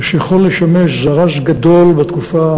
שיכול לשמש זרז גדול בתקופה